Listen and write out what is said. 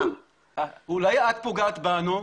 אולי את פוגעת בנו.